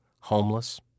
homeless